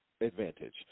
advantage